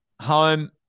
home